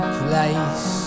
place